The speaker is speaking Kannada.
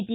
ಟಿ